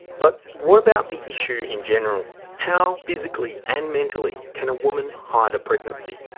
but what about the issue in general how physically and mentally can a woman hide a pregnancy?